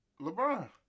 LeBron